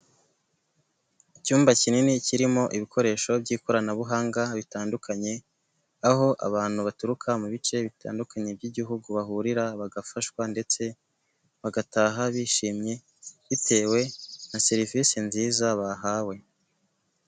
Icyumba kinini kirimo ibikoresho by'ikoranabuhanga bitandukanye aho abantu baturuka mu bice bitandukanye by'igihugu bahurira bagafashwa ndetse bagataha bishimye bitewe na serivisi nziza bahawe.